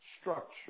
structure